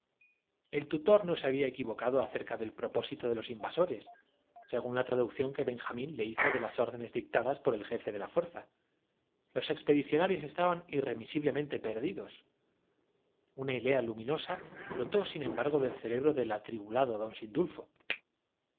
la imposibi no se equivocado acerca del propósito de los invasores según la traducción lidad de hacerlo con su presa adoptaron la extrema que benjamín le hizo de las órdenes dictadas por el resolución de exterminar á los viajeros jefe de la fuerza los expedicionarios estaban irremisiblemente encontrábanse á la sazón en la cala y las mujeres se perdi dos una idea luminosa brotó sin desesperaban al pensar que cuando una sola voz les embargo en el cere bro del atribulado don sindulfo